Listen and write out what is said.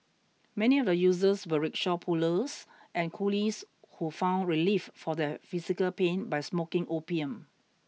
many of the users were rickshaw pullers and coolies who found relief for their physical pain by smoking opium